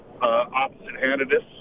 opposite-handedness